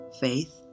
faith